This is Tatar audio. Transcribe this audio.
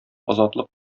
азатлык